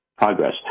Progress